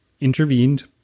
intervened